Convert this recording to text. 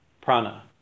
Prana